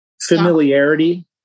familiarity